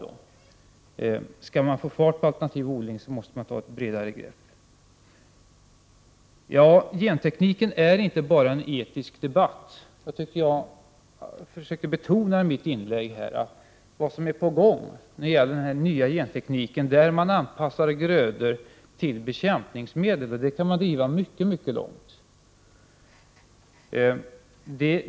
Om man skall få fart på alternativ odling måste man ta ett bredare grepp. När det gäller gentekniken är det inte bara fråga om en etisk debatt. Jag försökte betona i mitt anförande att vad som är på gång inom den nya gentekniken är att man anpassar grödor till bekämpningsmedel. Detta kan man driva mycket långt.